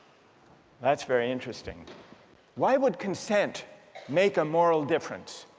that's very interesting why would consent make a moral difference?